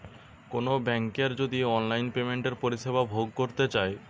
কোনো বেংকের যদি অনলাইন পেমেন্টের পরিষেবা ভোগ করতে চাই